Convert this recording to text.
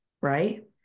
Right